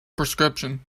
prescription